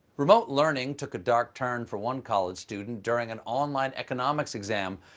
remote learning took a dark turn for one college student during an online economics exam,